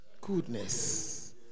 goodness